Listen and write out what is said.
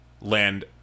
land